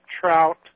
trout